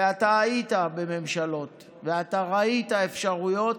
ואתה היית בממשלות ואתה ראית אפשרויות.